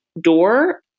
door